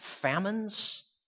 famines